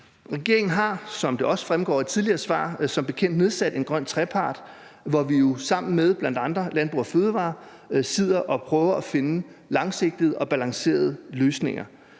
Regeringen har, som det også fremgår af tidligere svar, som bekendt nedsat en grøn trepart, hvor vi jo sammen med bl.a. Landbrug & Fødevarer sidder og prøver at finde langsigtede og balancerede løsninger.